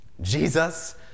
Jesus